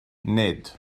nid